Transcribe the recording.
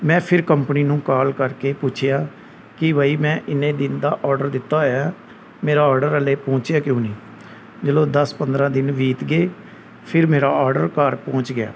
ਮੈਂ ਫਿਰ ਕੰਪਨੀ ਨੂੰ ਕਾਲ ਕਰਕੇ ਪੁੱਛਿਆ ਕਿ ਬਾਈ ਮੈਂ ਇੰਨੇ ਦਿਨ ਦਾ ਔਡਰ ਦਿੱਤਾ ਹੋਇਆ ਮੇਰਾ ਔਡਰ ਹਾਲੇ ਪਹੁੰਚਿਆ ਕਿਉਂ ਨਹੀਂ ਜਦੋਂ ਦਸ ਪੰਦਰ੍ਹਾਂ ਦਿਨ ਬੀਤ ਗਏ ਫਿਰ ਮੇਰਾ ਆਰਡਰ ਘਰ ਪਹੁੰਚ ਗਿਆ